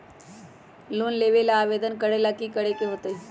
Loan लेबे ला आवेदन करे ला कि करे के होतइ?